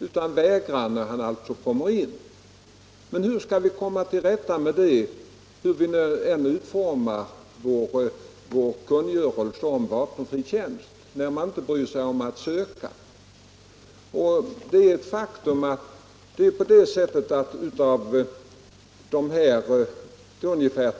utan vägrade då han kom in. Hur vi än utformar kungörelsen om vapenfri tjänst kan vi inte komma till rätta med sådana problem, när en person inte bryr sig om att söka.